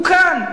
הוא כאן.